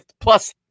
plus